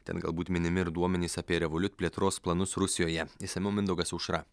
ten galbūt minimi ir duomenys apie revoliut plėtros planus rusijoje išsamiau mindaugas aušra